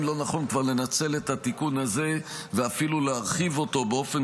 אם לא נכון כבר לנצל את התיקון הזה ואפילו להרחיב אותו באופן